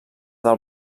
del